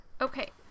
Okay